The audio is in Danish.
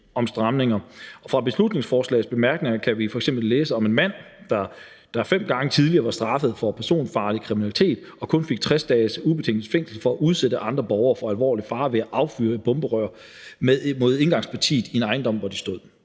I beslutningsforslagets bemærkninger kan vi f.eks. læse om en mand, der fem gange tidligere var straffet for personfarlig kriminalitet og kun fik 60 dages ubetinget fængsel for at udsætte andre borgere for alvorlig fare ved at affyre et bomberør mod indgangspartiet i en ejendom, hvor de stod.